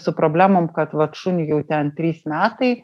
su problemom kad vat šuniui jau ten trys metai